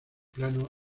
plano